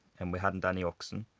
and we hadn't any oxen.